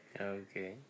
Okay